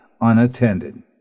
unattended